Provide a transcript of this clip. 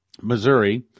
Missouri